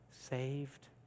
Saved